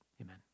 Amen